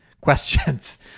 questions